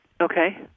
Okay